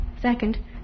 second